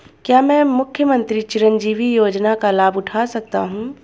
क्या मैं मुख्यमंत्री चिरंजीवी योजना का लाभ उठा सकता हूं?